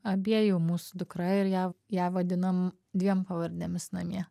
abiejų mūsų dukra ir ją ją vadinam dviem pavardėmis namie